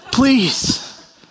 Please